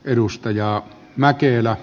edustajat mäkelä